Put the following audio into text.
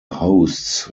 hosts